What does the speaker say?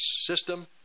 system